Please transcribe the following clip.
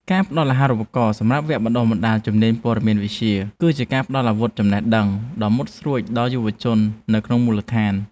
ការផ្តល់អាហារូបករណ៍សម្រាប់វគ្គបណ្តុះបណ្តាលជំនាញព័ត៌មានវិទ្យា គឺជាការផ្តល់អាវុធចំណេះដឹងដ៏មុតស្រួចដល់យុវជននៅក្នុងមូលដ្ឋាន។